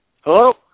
Hello